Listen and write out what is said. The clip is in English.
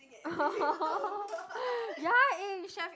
ya eh should've